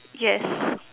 yes